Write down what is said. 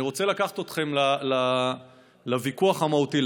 אני רוצה לקחת אתכם לוויכוח המהותי,